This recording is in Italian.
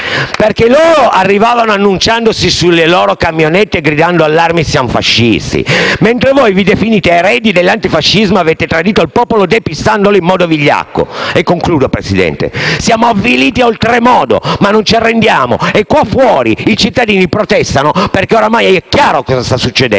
infatti, arrivavano annunciandosi sulle loro camionette cantando: «Allarmi, allarmi siam fascisti», mentre voi, che vi definite eredi dell'antifsascimo, avete tradito il popolo depistandolo in modo vigliacco. In conclusione, signor Presidente, siamo avviliti oltremodo, ma non ci arrendiamo e qua fuori i cittadini protestano, perché oramai è chiaro cosa sta succedendo.